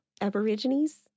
Aborigines